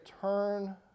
turn